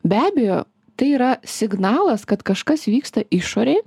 be abejo tai yra signalas kad kažkas vyksta išorėj